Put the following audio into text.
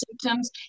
symptoms